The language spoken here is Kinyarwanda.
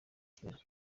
kigali